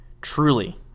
Truly